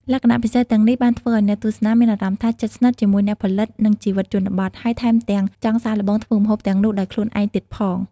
លក្ខណៈពិសេសទាំងនេះធ្វើឲ្យអ្នកទស្សនាមានអារម្មណ៍ថា ជិតស្និទ្ធ ជាមួយអ្នកផលិត និងជីវិតជនបទ ហើយថែមទាំង ចង់សាកល្បង ធ្វើម្ហូបទាំងនោះដោយខ្លួនឯងទៀតផង។